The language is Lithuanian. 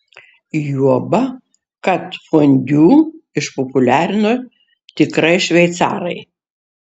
juoba kad fondiu išpopuliarino tikrai šveicarai